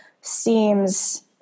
seems